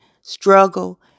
struggle